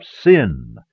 sin